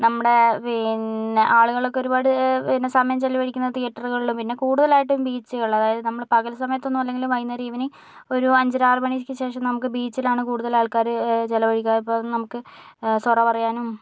നമ്മുടെ പിന്നെ ആളുകളൊക്കെ ഒരുപാട് പിന്നെ സമയം ചിലവഴിക്കുന്നത് തിയേറ്ററുകളില് പിന്നെ കൂടുതലായിട്ടും ബീച്ചുകള് അതായത് നമ്മള് പകൽ സമയത്തൊന്നും അല്ലങ്കിലും വൈന്നേരം ഈവെനിംഗ് ഒരു അഞ്ചര ആറ് മണിക്ക് ശേഷം നമുക്ക് ബീച്ചിലാണ് കൂടുതൽ ആൾക്കാര് ചിലവഴിക്കുക ഇപ്പം നമുക്ക് സൊറ പറയാനും